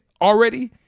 already